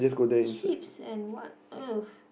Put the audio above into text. chips and what